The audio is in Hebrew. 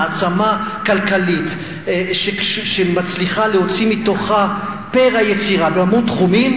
מעצמה כלכלית שמצליחה להוציא מתוכה את פאר היצירה בהמון תחומים,